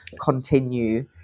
continue